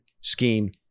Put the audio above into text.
scheme